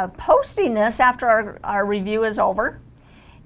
ah posting this after our our review is over